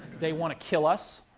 they want to kill us.